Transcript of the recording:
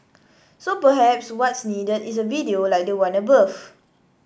so perhaps what's needed is a video like the one above